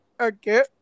Okay